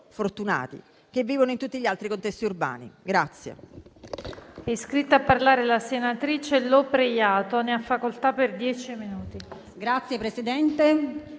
fortunati - che vivono in tutti gli altri contesti urbani.